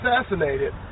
assassinated